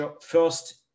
first